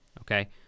okay